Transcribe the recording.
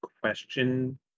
question